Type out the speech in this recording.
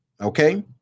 Okay